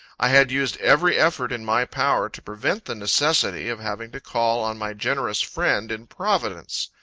i had used every effort in my power to prevent the necessity of having to call on my generous friend in providence.